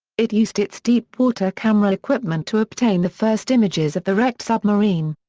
it used its deep water camera equipment to obtain the first images of the wrecked submarine.